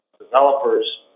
developers